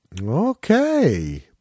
Okay